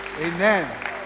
Amen